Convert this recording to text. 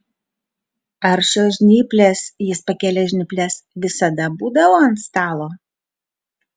ar šios žnyplės jis pakėlė žnyples visada būdavo ant stalo